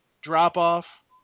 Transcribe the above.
drop-off